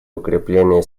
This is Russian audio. укрепление